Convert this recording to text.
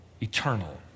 eternal